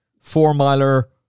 four-miler